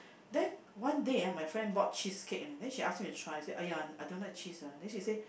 then one day ah my friend bought cheese cake leh she ask me to try !aiya! I don't like cheese ah then she said